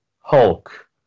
Hulk